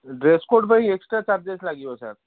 dress code ପାଇଁ extra charges ଲାଗିବ sir